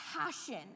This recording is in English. passion